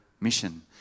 mission